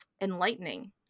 enlightening